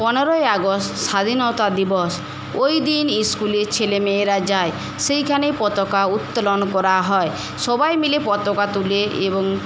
পনেরোই আগস্ট স্বাধীনতা দিবস ওইদিন ইস্কুলে ছেলেমেয়েরা যায় সেইখানে পতকা উত্তোলন করা হয় সবাই মিলে পতকা তুলে এবং